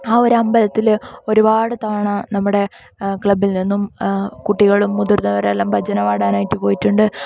ആ ഒരമ്പലത്തിൽ ഒരുപാട് തവണ നമ്മുടെ ക്ലബ്ബിൽ നിന്നും കുട്ടികളും മുതിർന്നവരെല്ലാം ഭജന പാടാനായിട്ട് പോയിട്ടുണ്ട്